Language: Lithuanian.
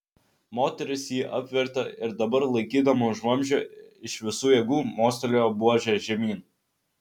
moteris jį apvertė ir dabar laikydama už vamzdžio iš visų jėgų mostelėjo buože žemyn